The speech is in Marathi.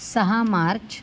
सहा मार्च